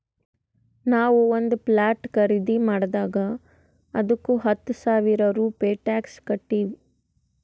ನಾವು ಒಂದ್ ಪ್ಲಾಟ್ ಖರ್ದಿ ಮಾಡಿದಾಗ್ ಅದ್ದುಕ ಹತ್ತ ಸಾವಿರ ರೂಪೆ ಟ್ಯಾಕ್ಸ್ ಕಟ್ಟಿವ್